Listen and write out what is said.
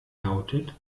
lautet